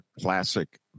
classic